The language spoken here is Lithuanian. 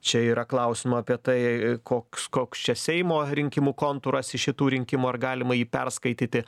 čia yra klausimų apie tai koks koks čia seimo rinkimų kontūras iš šitų rinkimų ar galima jį perskaityti